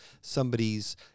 somebody's